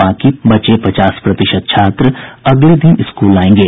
बाकी बचे पचास प्रतिशत छात्र अगले दिन स्कूल आयेंगे